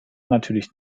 natürlich